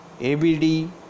ABD